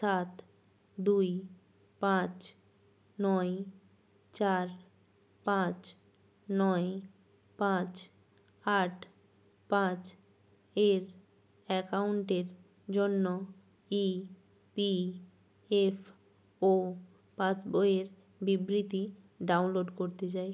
সাত দুই পাঁচ নয় চার পাঁচ নয় পাঁচ আট পাঁচ এর অ্যাকাউন্টের জন্য E P F O pass বইয়ের বিবৃতি ডাউনলোড করতে চাই